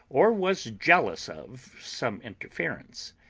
or was jealous of, some interference.